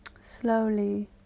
slowly